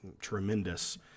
tremendous